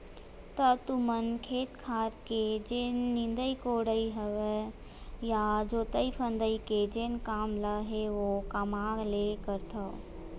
त तुमन खेत खार के जेन निंदई कोड़ई हवय या जोतई फंदई के जेन काम ल हे ओ कामा ले करथव?